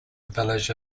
village